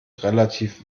relativ